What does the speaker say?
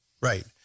right